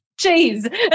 Jeez